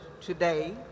today